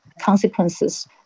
consequences